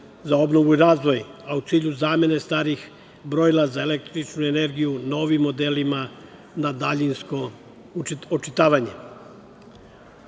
za obnovu i razvoj, a u cilju zamene starih brojila za električnu energiju novim modelima na daljinsko očitavanje. Ovo